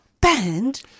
banned